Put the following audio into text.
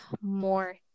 more